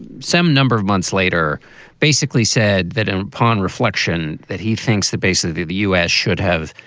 some number of months later basically said that and upon reflection, that he thinks that basically the u s. should have,